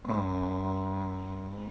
orh